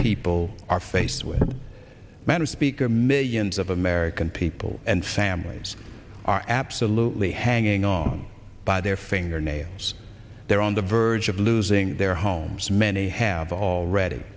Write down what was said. people are faced with a matter speak a millions of american people and families are absolutely hanging on by their fingernails they're on the verge of losing their homes many have already